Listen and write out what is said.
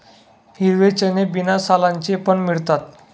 हिरवे चणे बिना सालांचे पण मिळतात